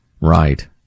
Right